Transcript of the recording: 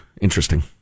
Interesting